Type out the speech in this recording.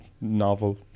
novel